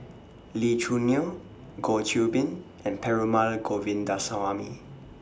Lee Choo Neo Goh Qiu Bin and Perumal Govindaswamy